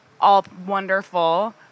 all-wonderful